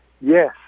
yes